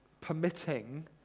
permitting